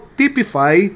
typify